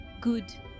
Good